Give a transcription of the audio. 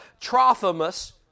Trophimus